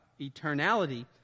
eternality